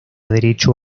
derecho